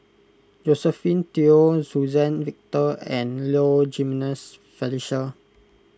Josephine Teo Suzann Victor and Low Jimenez Felicia